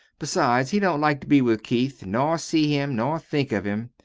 besides, he don't like to be with keith, nor see him, nor think of him.